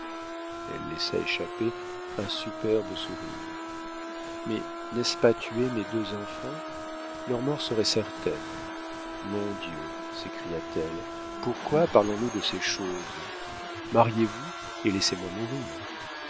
elle laissa échapper un superbe sourire mais n'est-ce pas tuer mes deux enfants leur mort serait certaine mon dieu s'écria-t-elle pourquoi parlons-nous de ces choses mariez-vous et laissez-moi mourir